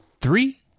three